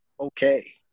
okay